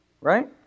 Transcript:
Right